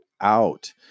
out